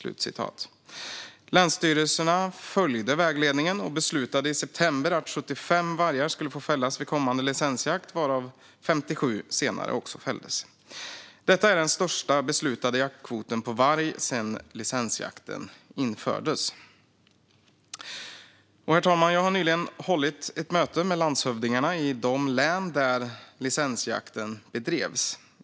Länsstyrelserna följde vägledningen och beslutade i september att 75 vargar skulle få fällas vid kommande licensjakt, varav 57 senare fälldes. Detta är den största beslutade jaktkvoten på varg sedan licensjakten infördes. Herr talman! Jag har nyligen hållit ett möte med landshövdingarna i de län där licensjakt bedrevs.